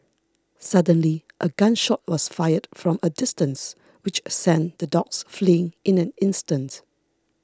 suddenly a gun shot was fired from a distance which sent the dogs fleeing in an instant